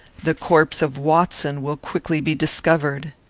the corpse of watson will quickly be discovered.